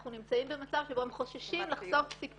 אנחנו נמצאים במצב שבו הם חוששים לחשוף סיפור